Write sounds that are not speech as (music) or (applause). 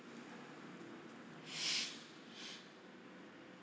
(breath)